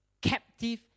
captive